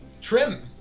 Trim